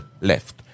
left